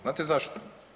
Znate zašto?